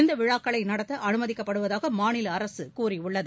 இந்த விழாக்களை நடத்த அனுமதிக்கப் படுவதாக மாநில அரசு கூறியுள்ளது